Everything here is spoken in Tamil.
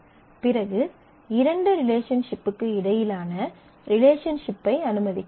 பிறகு இரண்டுரிலேஷன்ஷிப்க்கு இடையிலான ரிலேஷன்ஷிப்பை அனுமதிக்கலாம்